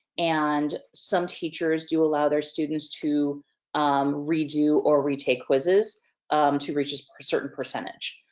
and some teachers do allow their students to redo or retake quizzes um to reach a certain percentage,